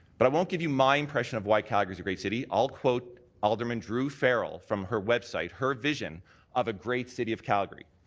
but i won't give you my impression of why calgary is a great city. i'll quote alderman drew farrell from her web site, letter vision of a great city of calgary.